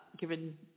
given